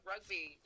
rugby